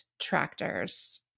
tractors